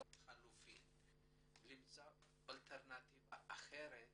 למצוא אלטרנטיבה אחרת